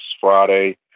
Friday